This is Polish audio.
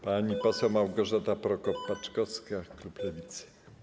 Pani poseł Małgorzata Prokop-Paczkowska, klub Lewicy.